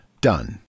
Done